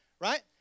Right